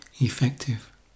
effective